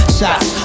Shots